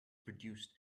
produced